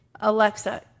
Alexa